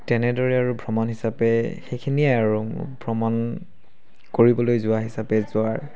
তেনেদৰে আৰু ভ্ৰমণ হিচাপে সেইখিনিয়ে আৰু ভ্ৰমণ কৰিবলৈ যোৱা হিচাপে যোৱাৰ